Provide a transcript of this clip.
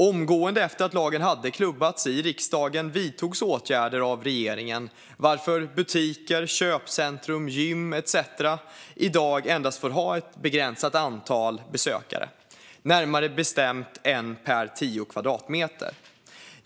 Omgående efter att lagen hade klubbats i riksdagen vidtogs åtgärder av regeringen varför butiker, köpcentrum, gym etcetera i dag endast får ha ett begränsat antal besökare, närmare bestämt en per tio kvadratmeter.